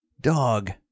Dog